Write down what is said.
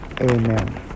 Amen